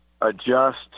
adjust